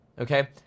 Okay